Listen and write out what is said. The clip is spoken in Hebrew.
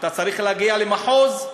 אתה צריך להגיע למחוז,